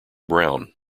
brown